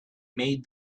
made